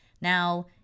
now